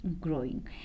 Growing